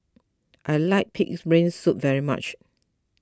I like Pig's Brain Soup very much